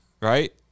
right